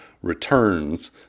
returns